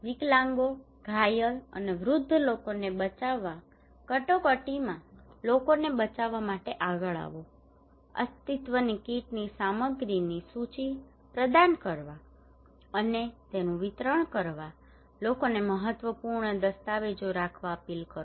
વિકલાંગો ઘાયલ અને વૃદ્ધ લોકોને બચાવવા કટોકટીમાં લોકોને બચાવવા માટે આગળ આવો અસ્તિત્વની કીટની સામગ્રીની સૂચિ પ્રદાન કરવા અને તેનું વિતરણ કરવા લોકોને મહત્વપૂર્ણ દસ્તાવેજો રાખવા અપીલ કરો